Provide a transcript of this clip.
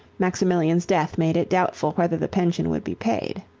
maximilian's death made it doubtful whether the pension would be paid.